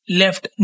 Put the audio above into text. left